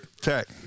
tech